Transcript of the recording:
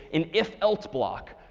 in if else block.